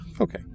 Okay